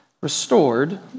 restored